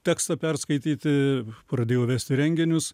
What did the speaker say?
tekstą perskaityti pradėjau vesti renginius